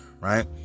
Right